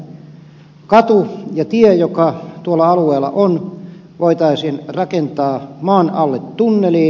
katu ja tie jotka tuolla alueella ovat voitaisiin rakentaa maan alle tunneliin